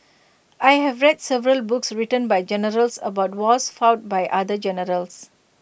I have read several books written by generals about wars fought by other generals